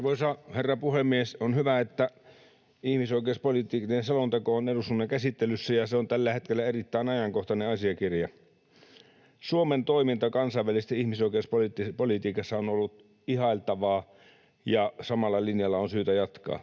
herra puhemies! On hyvä, että ihmisoikeuspoliittinen selonteko on eduskunnan käsittelyssä. Se on tällä hetkellä erittäin ajankohtainen asiakirja. Suomen toiminta kansainvälisessä ihmisoikeuspolitiikassa on ollut ihailtavaa, ja samalla linjalla on syytä jatkaa.